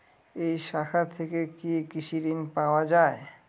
এই শাখা থেকে কি কৃষি ঋণ পাওয়া যায়?